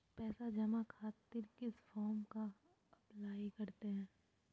पैसा जमा खातिर किस फॉर्म का अप्लाई करते हैं?